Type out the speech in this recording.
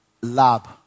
lab